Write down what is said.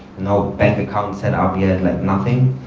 no bank account set up yet, like nothing.